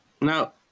Now